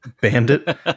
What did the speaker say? bandit